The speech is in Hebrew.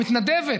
המתנדבת,